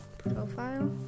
profile